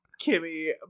Kimmy